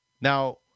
Now